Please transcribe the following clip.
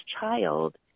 child